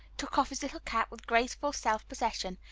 took off his little cap with graceful self-possession,